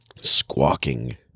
Squawking